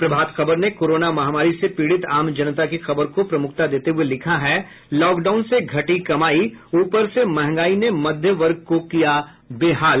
प्रभात खबर ने कोरोना महामारी से पीड़ित आम जनता की खबर को प्रमुखता देते हुए लिखा है लॉकडाउन से घटी कमाई ऊपर से महंगााई ने मध्य वर्ग को किया बेहाल